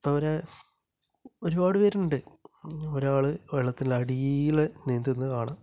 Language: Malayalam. അവര് ഒരുപാട് പേരുണ്ട് ഒരാള് വെള്ളത്തിൻ്റെ അടിയില് നീന്തുന്നത് കാണാം